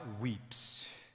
weeps